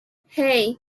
hey